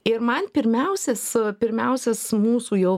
ir man pirmiausias pirmiausias mūsų jau